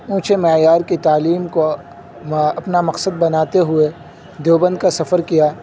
اونچے معیار کی تعلیم کو و اپنا مقصد بناتے ہوئے دیوبند کا سفر کیا